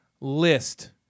list